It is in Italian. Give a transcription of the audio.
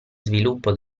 sviluppo